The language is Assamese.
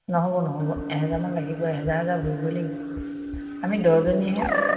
নহ'ব নহ'ব এহেজাৰমান লাগিব এজাৰ হজাৰ ভৰিবই লাগিব আমি দহজনীহে